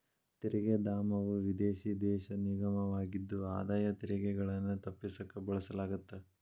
ತೆರಿಗೆ ಧಾಮವು ವಿದೇಶಿ ದೇಶ ನಿಗಮವಾಗಿದ್ದು ಆದಾಯ ತೆರಿಗೆಗಳನ್ನ ತಪ್ಪಿಸಕ ಬಳಸಲಾಗತ್ತ